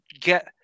get